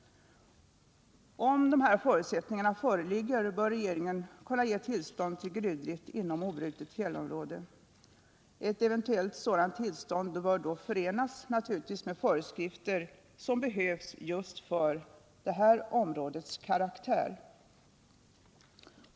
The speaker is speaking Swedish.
Om dessa förutsättningar föreligger bör regeringen kunna ge tillstånd till gruvdrift inom obrutet fjällområde. Ett eventuellt sådant tillstånd bör givetvis förenas med de föreskrifter som behövs för områdets karaktär.